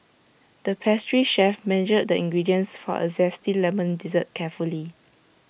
the pastry chef measured the ingredients for A Zesty Lemon Dessert carefully